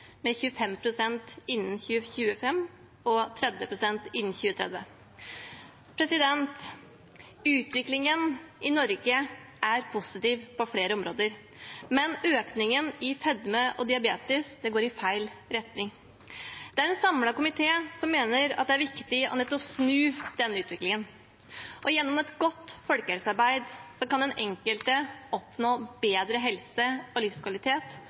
25 pst. innen 2025 og 30 pst. innen 2030. Utviklingen i Norge er positiv på flere områder, men økningen i fedme og diabetes går i feil retning. Det er en samlet komité som mener at det er viktig å snu denne utviklingen, og gjennom et godt folkehelsearbeid kan den enkelte oppnå bedre helse og livskvalitet